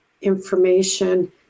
information